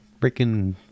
freaking